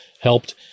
helped